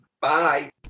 Bye